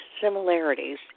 similarities